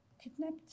kidnapped